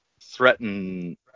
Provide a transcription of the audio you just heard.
threaten